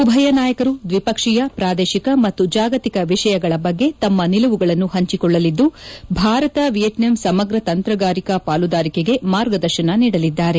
ಉಭಯ ನಾಯಕರು ದ್ವಿಪಕ್ಷೀಯ ಪ್ರಾದೇಶಿಕ ಮತ್ತು ಜಾಗತಿಕ ವಿಷಯಗಳ ಬಗ್ಗೆ ತಮ್ಮ ನಿಲುವುಗಳನ್ನು ಹಂಚಿಕೊಳ್ಳಲಿದ್ದು ಭಾರತ ವಿಯೆಟ್ನಾಂ ಸಮಗ್ರ ತಂತ್ರಗಾರಿಕಾ ಪಾಲುದಾರಿಕೆಗೆ ಮಾರ್ಗದರ್ಶನ ನೀಡಲಿದ್ದಾರೆ